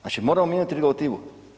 Znači moramo mijenjati regulativu.